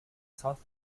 south